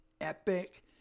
epic